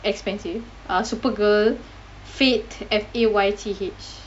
expensive uh Supergurl Fayth F A Y T H